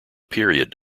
period